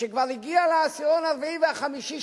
וכשכבר הגיעו לעשירון הרביעי והחמישי,